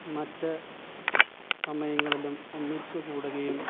മറ്റു സമയങ്ങളിലും ഒന്നിച്ചു കൂടുകയും